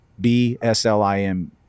B-S-L-I-M